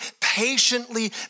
Patiently